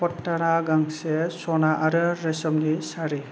पट्टना गांसे सना आरो रेशमनि सारि